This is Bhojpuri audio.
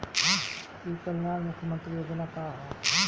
ई कल्याण मुख्य्मंत्री योजना का है?